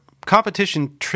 competition